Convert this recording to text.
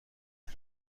کرد